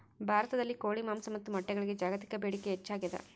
ಭಾರತದಲ್ಲಿ ಕೋಳಿ ಮಾಂಸ ಮತ್ತು ಮೊಟ್ಟೆಗಳಿಗೆ ಜಾಗತಿಕ ಬೇಡಿಕೆ ಹೆಚ್ಚಾಗ್ಯಾದ